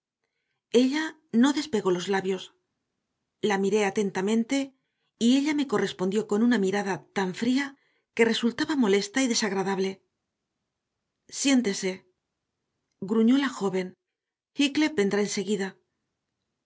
ella no despegó los labios la miré atentamente y ella me correspondió con una mirada tan fría que resultaba molesta y desagradable siéntese gruñó la joven heathcliff vendrá enseguida